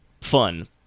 fun